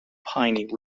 piney